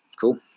cool